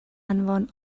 anfon